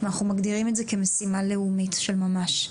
אנחנו מגדירים את זה כמשימה לאומית של ממש.